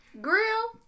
Grill